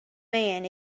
man